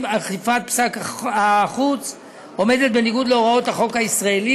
אכיפת פסק החוץ עומדת בניגוד להוראות החוק הישראלי